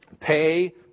Pay